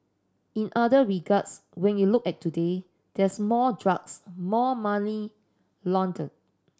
in other regards when you look at today there's more drugs more money laundered